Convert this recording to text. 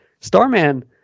Starman